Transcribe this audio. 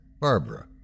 Barbara